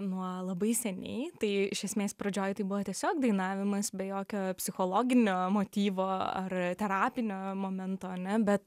nuo labai seniai tai iš esmės pradžioj tai buvo tiesiog dainavimas be jokio psichologinio motyvo ar terapinio momento ane bet